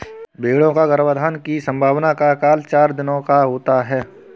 भेंड़ों का गर्भाधान की संभावना का काल चार दिनों का होता है